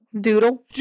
doodle